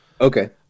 Okay